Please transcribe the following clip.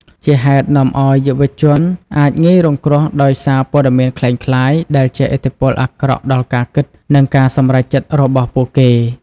ជាហេតុនាំឲ្យយុវជនអាចងាយរងគ្រោះដោយសារព័ត៌មានក្លែងក្លាយ ដែលជះឥទ្ធិពលអាក្រក់ដល់ការគិត និងការសម្រេចចិត្តរបស់ពួកគេ។